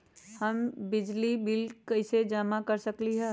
हम बिजली के बिल कईसे जमा कर सकली ह?